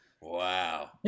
Wow